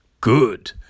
good